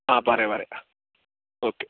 ആ പറയാം പറയാം ഓക്കേ